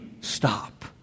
stop